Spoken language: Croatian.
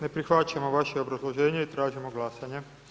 Ne prihvaćamo vaše obrazloženje i tražimo glasanje.